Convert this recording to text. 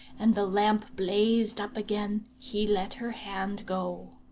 and the lamp blazed up again, he let her hand go.